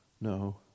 No